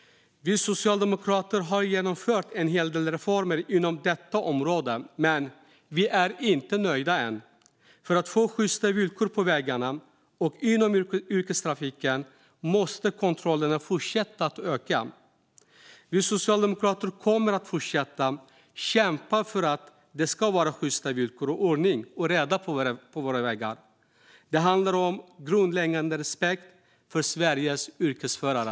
Vi socialdemokrater har genomfört en hel del reformer inom detta område, men vi är inte nöjda än. För att vi ska få sjysta villkor på vägarna och inom yrkestrafiken måste kontrollerna fortsätta att öka. Vi socialdemokrater kommer att fortsätta kämpa för att det ska vara sjysta villkor och ordning och reda på våra vägar. Det handlar om grundläggande respekt för Sveriges yrkesförare.